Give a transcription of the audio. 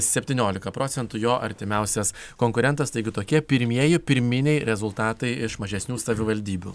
septyniolika procentų jo artimiausias konkurentas taigi tokie pirmieji pirminiai rezultatai iš mažesnių savivaldybių